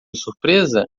surpresa